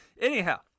Anyhow